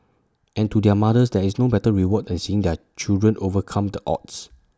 and to their mothers there is no better reward than seeing their children overcome the odds